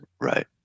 Right